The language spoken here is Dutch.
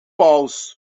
paus